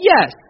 yes